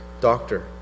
doctor